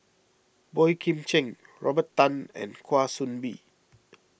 Boey Kim Cheng Robert Tan and Kwa Soon Bee